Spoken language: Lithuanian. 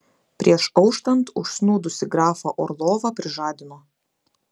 prieš auštant užsnūdusį grafą orlovą prižadino